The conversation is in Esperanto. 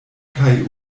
kaj